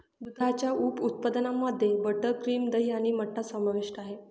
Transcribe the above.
दुधाच्या उप उत्पादनांमध्ये मध्ये बटर, क्रीम, दही आणि मठ्ठा समाविष्ट आहे